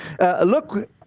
Look